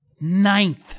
Ninth